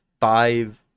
five